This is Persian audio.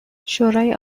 شورای